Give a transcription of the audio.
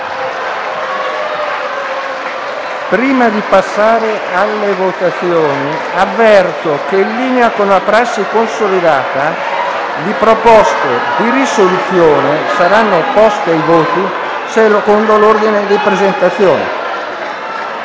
Prima di passare alle votazioni, avverto che, in linea con una prassi consolidata, le proposte di risoluzione saranno poste ai voti secondo l'ordine di presentazione.